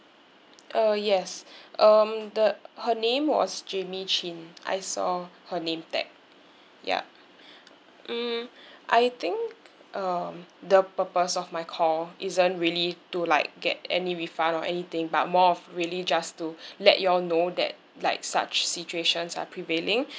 uh yes um the her name was jamie chin I saw her name tag ya mm I think um the purpose of my call isn't really to like get any refund or anything but more of really just to let you all know that like such situations are prevailing